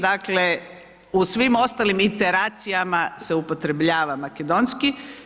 Dakle, u svim ostalim integracijama se upotrebljava makedonski.